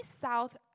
South